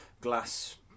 glass